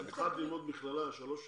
למדת במכללה שלוש שנים?